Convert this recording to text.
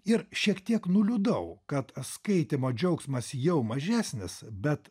ir šiek tiek nuliūdau kad skaitymo džiaugsmas jau mažesnis bet